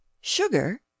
sugar